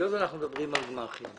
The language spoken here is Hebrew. היות ואנחנו מדברים על גמ"חים,